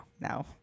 No